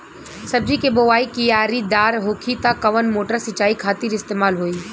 सब्जी के बोवाई क्यारी दार होखि त कवन मोटर सिंचाई खातिर इस्तेमाल होई?